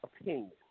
opinion